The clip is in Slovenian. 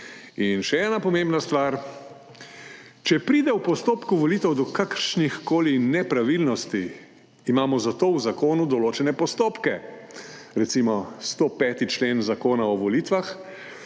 In še ena pomembna stvar. Če pride v postopku volitev do kakršnihkoli nepravilnosti, imamo za to v zakonu določene postopke. Recimo 105. člen Zakona o volitvah